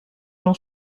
jean